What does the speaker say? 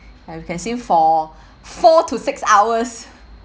and we can sing for four to six hours